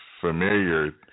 familiar